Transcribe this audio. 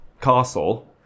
castle